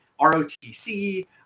ROTC